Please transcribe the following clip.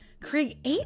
create